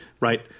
Right